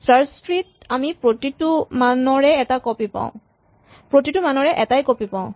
search tree ত আমি প্ৰতিটো মানৰে এটাই কপি পাওঁ